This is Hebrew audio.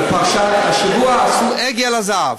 בפרשת השבוע עשו עגל הזהב.